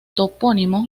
topónimo